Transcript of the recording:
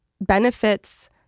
benefits